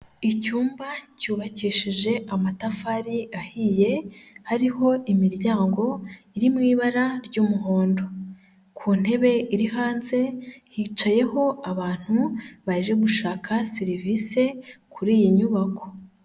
Icyumba cyubakishije amatafari ahiye hariho imiryango iri mu'ibara ry'umuhondo, ku ntebe iri hanze hicayeho abantu baje gushaka serivisi kuri iyi nyubako.